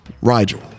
Rigel